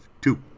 two